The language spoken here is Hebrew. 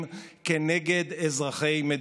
אין חברי כנסת שיעבדו בשבילכם, האזרחים.